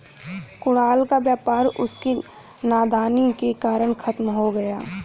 कुणाल का व्यापार उसकी नादानी के कारण खत्म हो गया